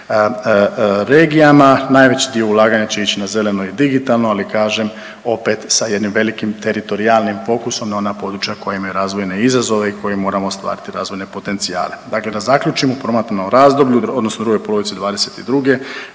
regijama. Najveći dio ulaganja će ići na zeleno i digitalno, ali kažem opet sa jednim velikim teritorijalnim pokusom na ona područja koja imaju razvojne izazove i koji moramo ostvariti razvojne potencijale. Dakle, da zaključim u promatranom razdoblju, odnosno drugoj polovici 2022.